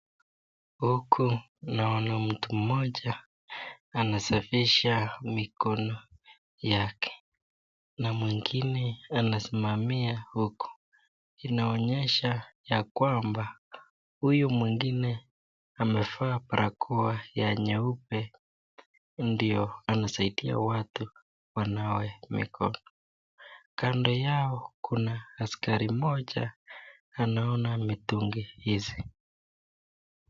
Huku naona mtu mmoja anasafisha mikono yake, na mwingine anasimamia huku. Inaonyesha ya kwamba huyu mwingine amevaa barakoa ya nyeupe ndio anasaidia watu wanawe mikono. Kando yao kuna askari mmoja anaona mitungi hizi.